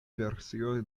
versioj